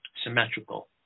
symmetrical